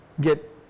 get